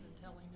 telling